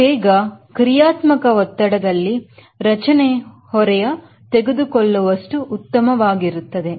ಆವೇಗ ಕ್ರಿಯಾತ್ಮಕ ಒತ್ತಡದಲ್ಲಿ ರಚನೆ ಹೊರೆಯ ತೆಗೆದುಕೊಳ್ಳುವಷ್ಟು ಉತ್ತಮವಾಗಿರುತ್ತದೆ